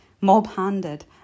mob-handed